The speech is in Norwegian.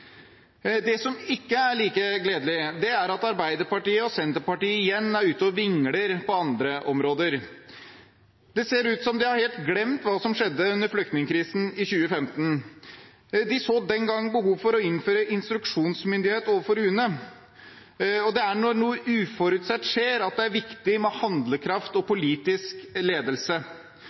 Det som ikke er like gledelig, er at Arbeiderpartiet og Senterpartiet igjen er ute og vingler på andre områder. Det ser ut til at de helt har glemt hva som skjedde under flyktningkrisen i 2015. De så den gang behov for å innføre instruksjonsmyndighet overfor UNE. Det er når noe uforutsett skjer, at det er viktig med handlekraft og politisk ledelse.